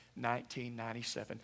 1997